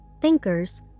thinkers